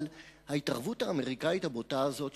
ההתערבות האמריקנית הבוטה הזאת,